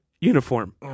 uniform